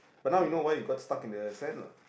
but now we know why it got stuck in the sand lah